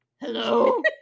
hello